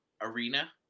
arena